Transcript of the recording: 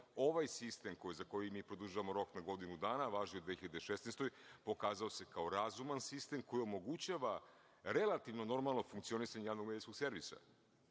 nudi. Ovaj sistem za koji mi produžavamo rok na godinu dana važi u 2016. godini. Pokazao se kao razuman sistem koji omogućava relativno normalno funkcionisanje Javnog medijskog servisa,